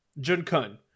Jun-kun